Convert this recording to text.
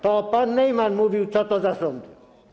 To pan Neumann mówił, co to za sądy.